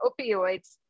opioids